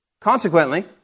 Consequently